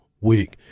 week